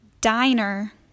DINER